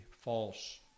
false